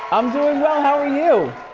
i'm doing well. how are you?